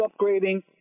upgrading